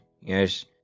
yes